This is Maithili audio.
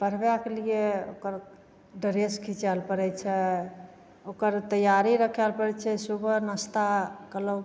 पढ़बैके लिए ओकर ड्रेस खिचैले पड़ै छै ओकर तैआरी राखैले पड़ै छै सुबह नाश्ता कहलहुँ